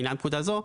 לעניין פקודה זו,